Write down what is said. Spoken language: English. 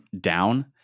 down